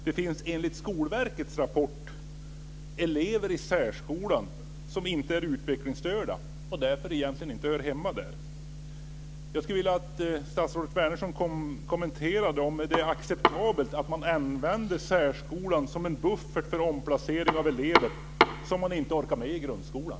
Det finns enligt Skolverkets rapport elever i särskolan som inte är utvecklingsstörda, och därför egentligen inte hör hemma där. Jag skulle vilja att statsrådet Wärnersson kommenterar om det är acceptabelt att man använder särskolan som en buffert för omplacering av elever som man inte orkar med i grundskolan.